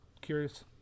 curious